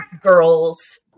girls